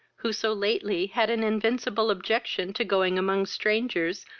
who so lately had an invincible objection to going among strangers,